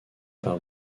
par